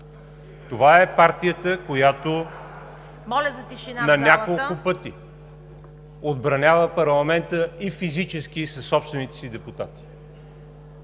Това е партията, която на няколко пъти отбранява парламента и физически, и със собствените си депутати.